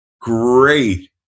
great